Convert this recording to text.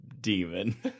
demon